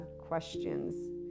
questions